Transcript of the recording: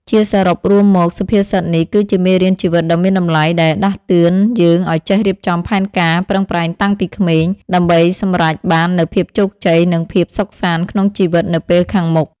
ជាសរុបរួមមក សុភាសិតនេះគឺជាមេរៀនជីវិតដ៏មានតម្លៃ ដែលដាស់តឿនយើងឲ្យចេះរៀបចំផែនការ ប្រឹងប្រែងតាំងពីក្មេង ដើម្បីសម្រេចបាននូវភាពជោគជ័យ និងភាពសុខសាន្តក្នុងជីវិតនៅពេលខាងមុខ។